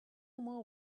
more